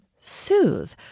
Soothe